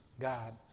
God